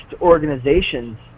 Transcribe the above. organizations